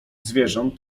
zwierząt